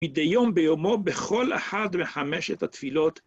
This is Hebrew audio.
מדי יום ביומו בכל אחת מחמשת התפילות.